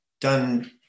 done